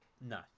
No